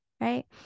right